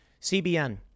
CBN